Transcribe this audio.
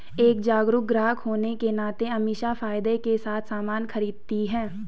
एक जागरूक ग्राहक होने के नाते अमीषा फायदे के साथ सामान खरीदती है